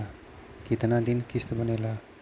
कितना दिन किस्त बनेला?